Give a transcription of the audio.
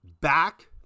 back